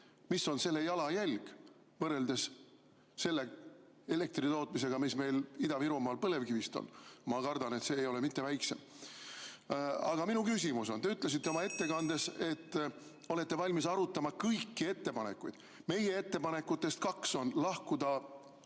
Mis on selle jalajälg võrreldes elektri tootmisega Ida-Virumaal põlevkivist? Ma kardan, et see ei ole väiksem. Aga minu küsimus on: te ütlesite oma ettekandes, et olete valmis arutama kõiki ettepanekuid. Meie ettepanekutest kaks on lahkuda